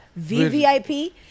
VVIP